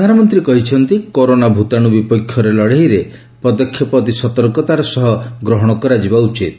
ପ୍ରଧାନମନ୍ତ୍ରୀ କହିଛନ୍ତି କରୋନା ଭୂତାଣୁ ବିପକ୍ଷରେ ଲଢ଼େଇରେ ପଦକ୍ଷେପ ଅତି ସତର୍କତାର ସହ ଗ୍ରହଣ କରାଯିବା ଉଚିତ୍